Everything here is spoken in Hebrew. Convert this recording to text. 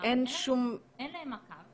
אין להם מעקב,